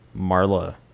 Marla